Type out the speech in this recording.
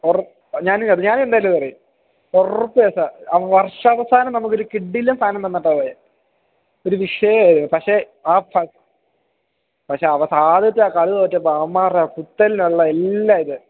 ഞാൻ ഞാൻ എന്തായാലും പറയും ഉറപ്പായിട്ടും ആ വർഷാവസാനം നമുക്കൊരു കിടിലം സാധനം തന്നിട്ടാ പോയത് ഒരു വിഷയം ആയി പക്ഷെ ആ പക്ഷെ അവസാനെത്തെ ആ കളി തോറ്റപ്പോൾ അവന്മാരുടെ കുത്തലിനുള്ള എല്ലാ ഇത്